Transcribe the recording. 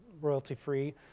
royalty-free